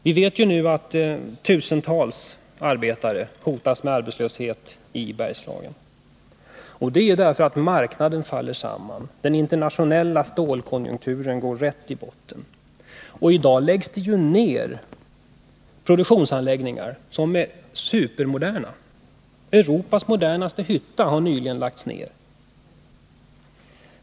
Vi vet ju nu att tusentals arbetare hotas med arbetslöshet i Bergslagen. Det är därför att marknaden faller samman. Den internationella stålkonjunkturen går rätt i botten. I dag läggs supermoderna produktionsanläggningar ned. Europas modernaste hytta har nyligen lagts ned.